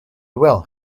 well